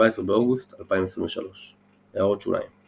17 באוגוסט 2023 == הערות שוליים ==